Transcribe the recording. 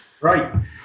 right